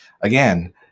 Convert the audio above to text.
again